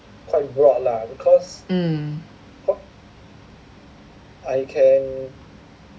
mm